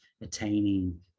attaining